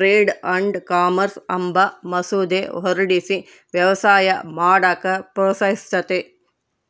trade and commerce ಅಂಬ ಮಸೂದೆ ಹೊರಡಿಸಿ ವ್ಯವಸಾಯ ಮಾಡಾಕ ಪ್ರೋತ್ಸಹಿಸ್ತತೆ